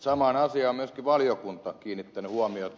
samaan asiaan myöskin valiokunta on kiinnittänyt huomiota